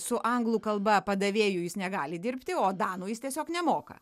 su anglų kalba padavėju jis negali dirbti o danų jis tiesiog nemoka